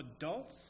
adults